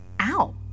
Ow